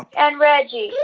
and reggie